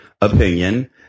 opinion